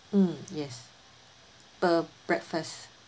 mm yes per breakfast